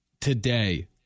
today